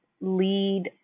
lead